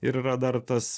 ir yra dar tas